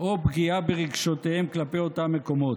או פגיעה ברגשותיהם כלפי אותם מקומות.